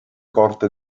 corte